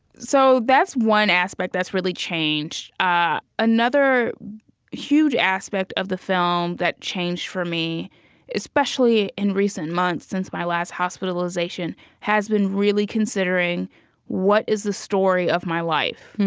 so that's one aspect that's really changed. ah another huge aspect of the film that changed for me especially in recent months, since my last hospitalization has been really considering what is the story of my life?